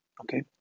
okay